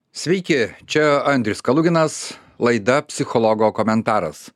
sveiki čia andrius kaluginas laida psichologo komentaras